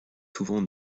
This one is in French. souvent